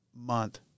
month